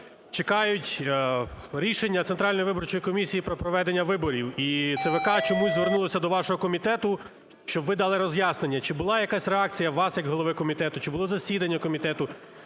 чекають рішення Центральної виборчої комісії про проведення виборів. І ЦВК чомусь звернулося до вашого комітету, щоб ви дали роз'яснення, чи була якась реакція вас як голови комітету, чи було засідання комітету,